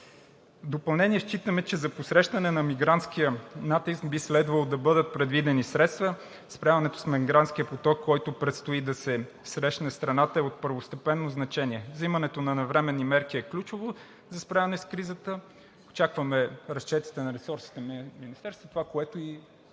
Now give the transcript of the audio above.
В допълнение считаме, че за посрещане на мигрантския натиск би следвало да бъдат предвидени средства за справянето на мигрантския поток, с който предстои да се срещне страната, е от първостепенно значение. Взимането на навременни мерки е ключово за справяне с кризата, очакваме разчетите на ресорните министерства,